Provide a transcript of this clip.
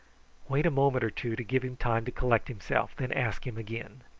wait a moment or two to give him time to collect himself, then ask him again.